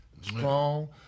Strong